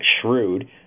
shrewd